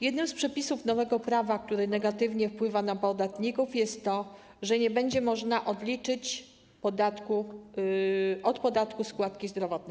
Jednym z przepisów nowego prawa, które negatywnie wpływa na podatników, jest to, że nie będzie można odliczać od podatku składki zdrowotnej.